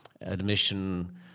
admission